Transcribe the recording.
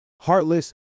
Heartless